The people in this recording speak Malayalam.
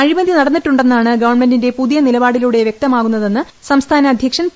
അഴിമതി നടന്നിട്ടുണ്ടെന്നാണ് ഗവൺമെന്റിന്റെ പുതിയ നിലപാടിലൂടെ വൃക്തമാകുന്നതെന്ന് സംസ്ഥാന അദ്ധ്യക്ഷൻ പി